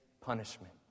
punishment